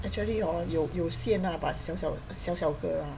actually hor 有有线啦 but 小小小小个啦